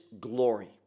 glory